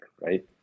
right